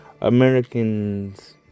Americans